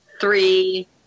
three